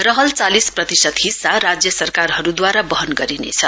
रहल चालिस प्रतिशत हिस्सा राज्य सरकारहरूद्वारा बहन गरिनेछ